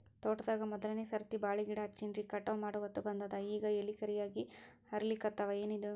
ತೋಟದಾಗ ಮೋದಲನೆ ಸರ್ತಿ ಬಾಳಿ ಗಿಡ ಹಚ್ಚಿನ್ರಿ, ಕಟಾವ ಮಾಡಹೊತ್ತ ಬಂದದ ಈಗ ಎಲಿ ಕರಿಯಾಗಿ ಹರಿಲಿಕತ್ತಾವ, ಏನಿದು?